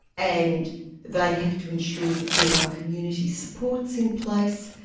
and they have to ensure that there are community supports in place.